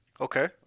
Okay